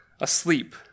asleep